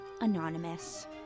anonymous